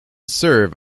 serve